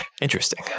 Interesting